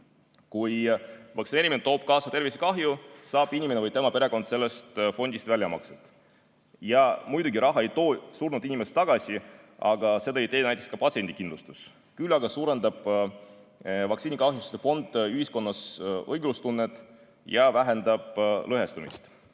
Kui vaktsineerimine toob kaasa tervisekahju, saab inimene või tema perekond sellest fondist väljamakseid. Jaa, muidugi raha ei too surnud inimest tagasi, aga seda ei tee näiteks ka patsiendikindlustus, küll aga suurendab vaktsiinikahjustuste fond ühiskonnas õiglustunnet ja vähendab lõhestumist.